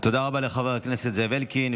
תודה רבה לחבר הכנסת זאב אלקין.